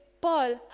Paul